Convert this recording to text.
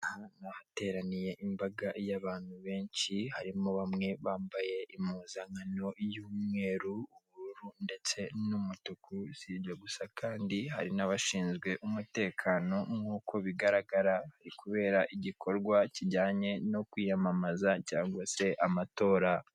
Ahantu hateraniye imbaga y'abantu benshi, harimo bamwe bambaye impuzankano y'umweru, ubururu, ndetse n'umutuku, si ibyo gusa kandi hari n'abashinzwe umutekano, nk'uko bigaragara hari kubera igikorwa kijyanye no kwiyamamaza cyangwa se amatora.